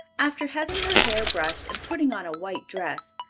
after having her hair brushed, and putting on a white dress,